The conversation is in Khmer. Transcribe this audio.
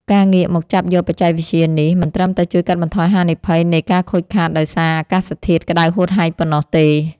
ការងាកមកចាប់យកបច្ចេកវិទ្យានេះ មិនត្រឹមតែជួយកាត់បន្ថយហានិភ័យនៃការខូចខាតដោយសារអាកាសធាតុក្ដៅហួតហែងប៉ុណ្ណោះទេ។